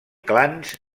clans